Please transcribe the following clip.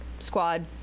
squad